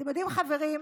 אתם יודעים, חברים,